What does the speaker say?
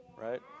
right